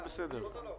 שומעים.